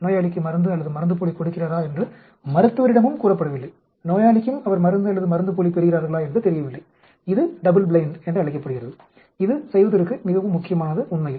நோயாளிக்கு மருந்து அல்லது மருந்துப்போலி கொடுக்கிறாரா என்று மருத்துவரிடமும் கூறப்படவில்லை நோயாளிக்கும் அவர் மருந்து அல்லது மருந்துப்போலி பெறுகிறார்களா என்று தெரியவில்லை இது டபுள் ப்ளைன்ட் என்று அழைக்கப்படுகிறது இது செய்வதற்கு மிகவும் முக்கியமானது உண்மையில்